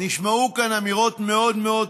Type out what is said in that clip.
נשמעו כאן אמירות מאוד מאוד קשות: